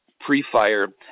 pre-fire